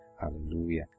Hallelujah